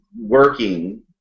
working